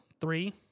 three